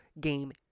game